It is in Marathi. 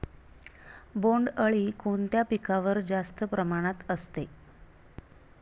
बोंडअळी कोणत्या पिकावर जास्त प्रमाणात असते?